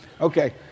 Okay